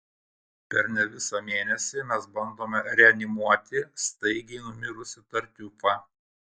per ne visą mėnesį mes bandome reanimuoti staigiai numirusį tartiufą